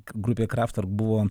grupė kraftvork buvo